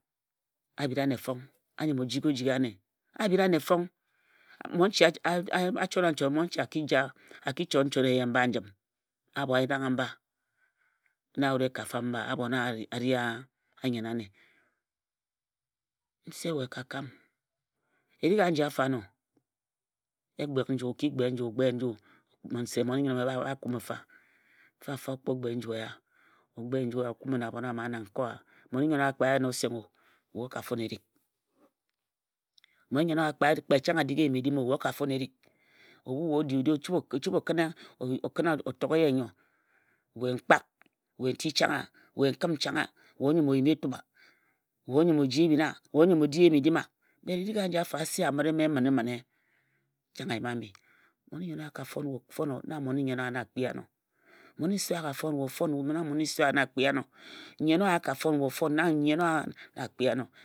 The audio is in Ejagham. Abhon amire a ehibhe a bhira ane fong, a bhira ane fong, mmonche a chora nchot mmonche a ki chot nchot eye mba njim, abho a rangha mba na wut e ka fam mba, abho na a ri a nnyen ane. Nse we ka kam. Eri k agi afo ano e gbek nju, o ki gbe nju se mm on-i-nnyen ome bak ba kumi mfa, mfafa o kpo gbe nju eye o kuma na abhon ama na nkae owa, mmon-i-nnyen owa kpe a yena osonghe-o we o ka fon erik. Mmoni-nnyen owa kpe ohang a dik eyim-edim we o ka fon erik. Ebam we o di o di o chibe o kina o ak ye enyo we mkpak we nti cheng wa, we nkim chang wa, we onyim o yim etum a? We onyim ji ebhin a? We onyim o di eyim edim a? Erik aji afo ase a mire mma eminemine chang a yima abhi mmon-i-nnyen owa a ka fon we o ofon na mmon-i-nnyen owa na a a kpi ano. Mmon-i-nse owa a ka fon we ofon na mmon-i-nse owa na a kpi abhi. Nnyen owa a ka fon we o fon na nnyen owa na kpi abhi.